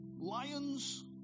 lions